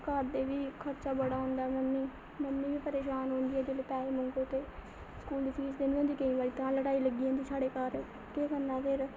घर दे बी खर्चा बड़ा होंदा मम्मी मम्मी बी परेशान रौह्ंदी ऐ जेल्लै पैसे मंग्गो ते स्कूल दी फीस देनी होंदी केईं बारी घर लड़ाई लग्गी जन्दी साढ़े घर केह् करना फिर